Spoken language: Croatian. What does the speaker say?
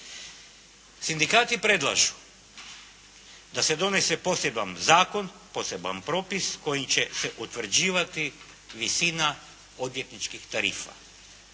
Sindikati predlažu da se donese poseban zakon, poseban propis kojim će se utvrđivati visina odvjetničkih tarifa.